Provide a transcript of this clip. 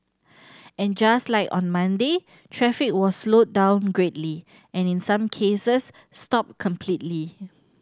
and just like on Monday traffic was slowed down greatly and in some cases stopped completely